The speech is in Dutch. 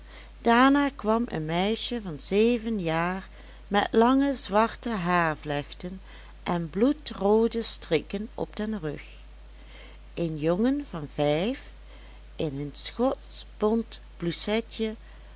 daarna kwam een meisje van zeven jaar met lange zwarte haarvlechten en bloedroode strikken op den rug een jongen van vijf in een